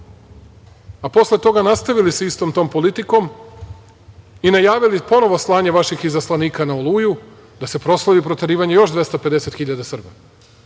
a posle toga nastavili sa istom tom politikom i najavili ponovo slanje vaših izaslanika na "Oluju", da se proslavi proterivanje još 250 hiljada Srba.